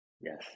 Yes